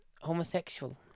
Homosexual